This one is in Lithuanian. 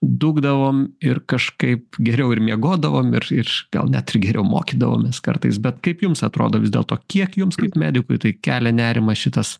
dūkdavom ir kažkaip geriau ir miegodavom ir ir gal net ir geriau mokydavomės kartais bet kaip jums atrodo vis dėlto kiek jums kaip medikui tai kelia nerimą šitas